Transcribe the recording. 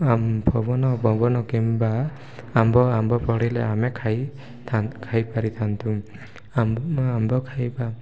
ଆମ୍ ଫବନ ପବନ କିମ୍ବା ଆମ୍ବ ଆମ୍ବ ପଡ଼ିଲେ ଆମେ ଖାଇଥାନ୍ତ ଖାଇପାରିଥାନ୍ତୁ ଆମ୍ ଆମ୍ବ ଖାଇବା